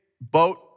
boat